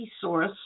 source